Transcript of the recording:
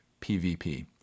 PVP